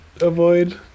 avoid